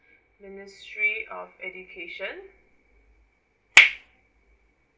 ministry of education